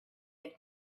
had